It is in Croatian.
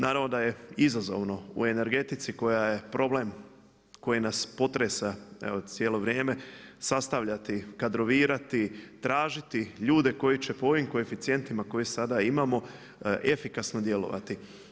Naravno da je izazovno u energetici koja je problem koji nas potresa cijelo vrijeme sastavljati, kadrovirati, tražiti ljude koji će po ovim koeficijentima koje sada imamo efikasno djelovati.